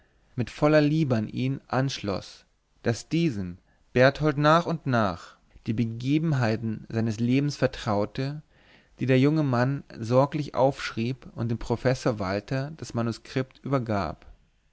mit voller liebe an ihn anschloß daß diesem berthold nach und nach die begebenheiten seines lebens vertraute die der junge mann sorglich aufschrieb und dem professor walther das manuskript übergab